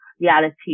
reality